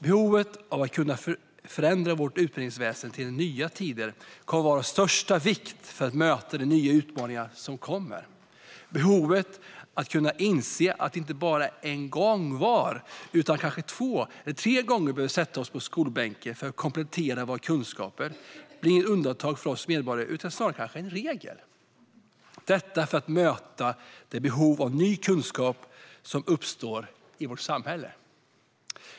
Behovet av att kunna förändra vårt utbildningsväsen till de nya tiderna kommer vara av största vikt för att möta de nya utmaningar som kommer. Behovet av att kunna inse att vi inte bara en gång utan kanske två eller tre gånger behöver sätta oss på skolbänken för att komplettera våra kunskaper. Det blir inget undantag för oss som medborgare utan snarare kanske en regel - detta för att möta det behov av ny kunskap som uppstår i vårt samhälle.